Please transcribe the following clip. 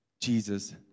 Jesus